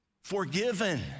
forgiven